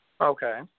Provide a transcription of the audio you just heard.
Okay